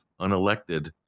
unelected